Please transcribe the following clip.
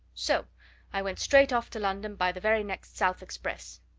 so i went straight off to london by the very next south express.